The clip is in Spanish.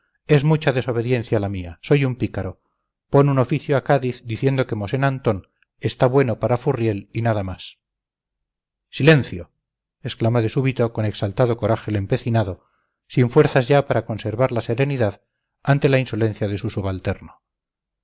es mucha desobediencia la mía soy un pícaro pon un oficio a cádiz diciendo que mosén antón está bueno para furriel y nada más silencio exclamó de súbito con exaltado coraje el empecinado sin fuerzas ya para conservar la serenidad ante la insolencia de su subalterno